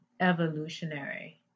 evolutionary